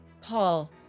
Paul